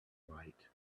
light